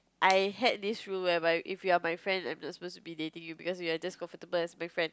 I had this rule whereby if you are my friend I am not supposed to be dating you because you are just comfortable as my friend